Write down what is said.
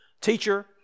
teacher